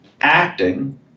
acting